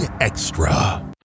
extra